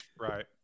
Right